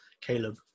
Caleb